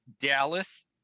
Dallas